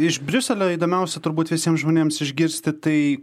iš briuselio įdomiausia turbūt visiems žmonėms išgirsti tai